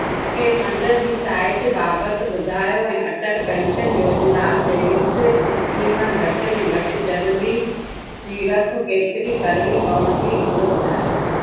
मूंखे फंड जी साइज़ बाबिति ॿुधायो ऐं अटल पेंशन योजना सेविंग्स इस्कीम में घटि में घटि ज़रूरी सीड़प केतिरा करिणी पवंदी उहो ॿुधायो